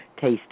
taste